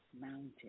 mountain